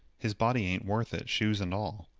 his body ain't worth it shoes and all.